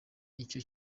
icyo